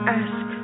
ask